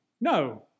No